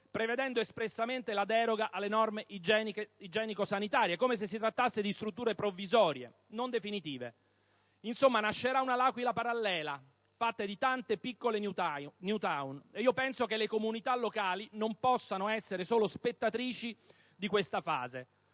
prevedendo espressamente la deroga alle norme igienico-sanitarie (come se si trattasse di strutture provvisorie, non definitive). Insomma, nascerà una L'Aquila parallela, fatta di tante piccole *new town*, e io penso che le comunità locali non possano essere solo spettatrici di questa fase;